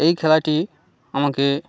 এই খেলাটি আমাকে